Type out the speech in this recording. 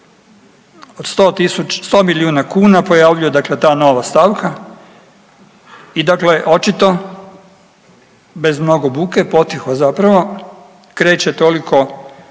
od 100 milijuna kuna pojavljuje dakle ta nova stavka i dakle očito bez mnogo buke, potiho zapravo kreće toliko zazivana